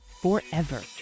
forever